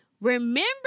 Remember